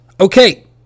Okay